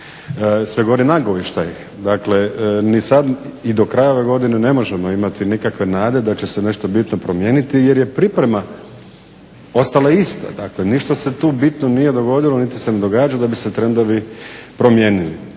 sve gori nagovještaji. Dakle, ni sad i do kraja ove godine ne možemo imati nikakve nade da će se nešto bitno promijeniti jer je priprema ostala ista. Dakle, ništa se tu bitno nije dogodilo niti se ne događa da bi se trendovi promijenili.